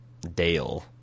dale